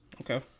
Okay